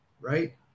right